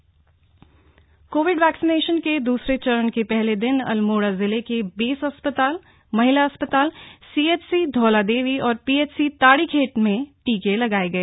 vaccination Almora COVID vaccination के दूसरे चरण के पहले दिन अल्मोड़ा जिले के बेस अस्पताल महिला अस्पताल सीएचसी धौलादेवी और पीएचसी ताड़ीखेत में टीके लगाये गए